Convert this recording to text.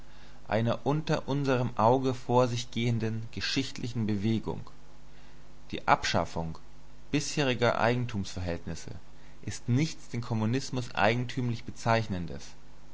einer unter unseren augen vor sich gehenden geschichtlichen bewegung die abschaffung bisheriger eigentumsverhältnisse ist nichts den kommunismus eigentümlich bezeichnendes